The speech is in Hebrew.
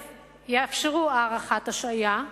יאפשרו את הארכת ההשעיה,